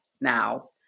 now